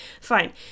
Fine